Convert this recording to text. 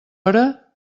hora